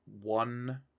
One